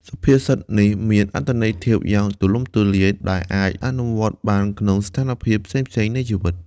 សុភាសិតនេះមានអត្ថន័យធៀបយ៉ាងទូលំទូលាយ ដែលអាចអនុវត្តបានក្នុងស្ថានភាពផ្សេងៗនៃជីវិត។